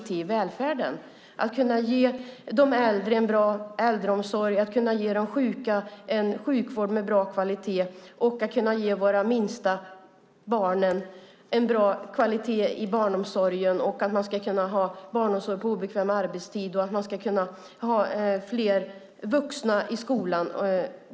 Det handlar om att kunna ge de äldre en bra äldreomsorg och de sjuka en sjukvård med bra kvalitet, att kunna ge våra minsta, barnen, bra kvalitet i barnomsorgen, att kunna ha barnomsorg på obekväm arbetstid samt fler vuxna i skolan.